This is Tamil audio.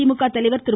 திமுக தலைவர் திரு